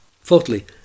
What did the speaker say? Fourthly